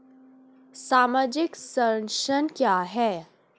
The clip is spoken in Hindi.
सामाजिक संरक्षण क्या है?